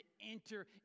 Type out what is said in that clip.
enter